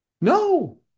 No